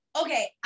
Okay